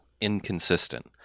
inconsistent